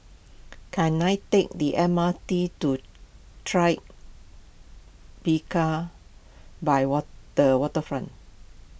can I take the M R T to Tribeca by the Waterfront